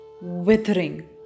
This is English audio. withering